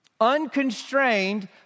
Unconstrained